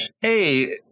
Hey